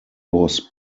was